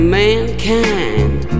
mankind